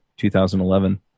2011